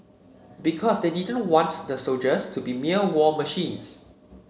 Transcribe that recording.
because they didn't want the soldiers to be mere war machines